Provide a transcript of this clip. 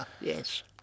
Yes